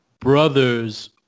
brothers